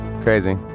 Crazy